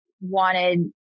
wanted